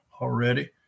already